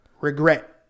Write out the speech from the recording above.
regret